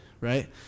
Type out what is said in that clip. Right